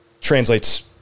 translates